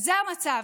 זה המצב.